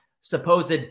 supposed